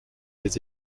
les